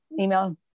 email